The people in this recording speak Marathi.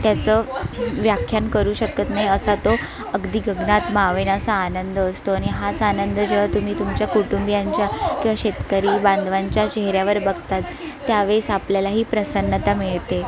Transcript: त्याचं व्याख्यान करू शकत नाही असा तो अगदी गगनात मावेनासा आनंद असतो आणि हाच आनंद जेव्हा तुम्ही तुमच्या कुटुंबियांच्या किंवा शेतकरी बांधवांच्या चेहऱ्यावर बघतात त्यावेळेस आपल्यालाही प्रसन्नता मिळते